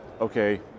okay